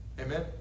Amen